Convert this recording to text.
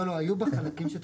לא, היו בה חלקים שתוקצבו.